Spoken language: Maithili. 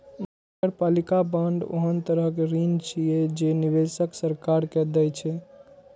नगरपालिका बांड ओहन तरहक ऋण छियै, जे निवेशक सरकार के दै छै